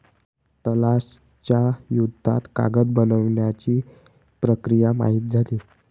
तलाश च्या युद्धात कागद बनवण्याची प्रक्रिया माहित झाली